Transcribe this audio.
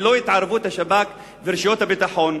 ללא התערבות השב"כ ורשויות הביטחון,